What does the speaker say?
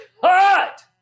cut